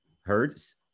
Hurts